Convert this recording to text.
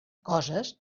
coses